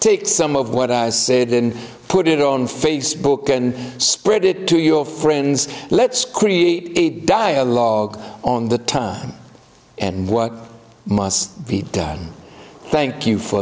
take some of what i said and put it on facebook and spread it to your friends let's create a dialogue on the time and what must be done thank you for